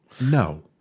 No